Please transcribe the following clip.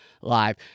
live